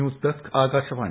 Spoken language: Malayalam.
news desk Akashvani